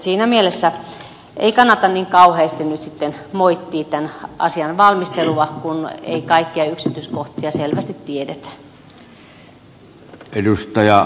siinä mielessä ei kannata niin kauheasti nyt sitten moittia tämän asian valmistelua kun ei kaikkia yksityiskohtia selvästi tiedetä